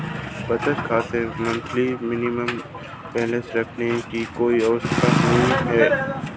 बचत खाता में मंथली मिनिमम बैलेंस रखने की कोई आवश्यकता नहीं है